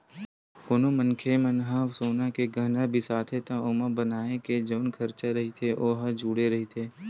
कोनो मनखे मन ह सोना के गहना बिसाथे त ओमा बनाए के जउन खरचा रहिथे ओ ह जुड़े रहिथे